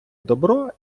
добро